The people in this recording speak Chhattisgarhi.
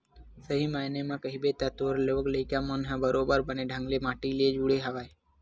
सही मायने म कहिबे त तोर लोग लइका मन ह बरोबर बने ढंग ले माटी ले जुड़े हवय